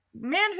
man